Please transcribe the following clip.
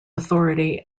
authority